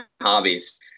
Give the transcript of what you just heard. hobbies